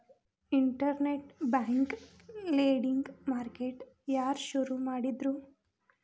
Internet bank lending market ಯಾರ್ ಶುರು ಮಾಡಿದ್ರು?